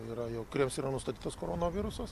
yra jau kuriems yra nustatytas koronavirusas